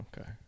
Okay